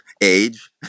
age